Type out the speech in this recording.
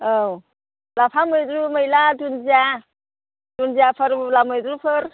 औ लाफा मैद्रु मैला दुन्दिया दुन्दियाफोर मुवा मैद्रुफोर